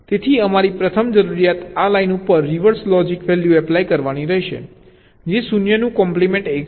તેથી અમારી પ્રથમ જરૂરિયાત આ લાઇન ઉપર રિવર્સ લોજિક વેલ્યૂ એપ્લાય કરવાની રહેશે જે 0 નું કોમ્પ્લિમેન્ટ 1 છે